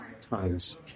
times